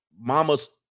mama's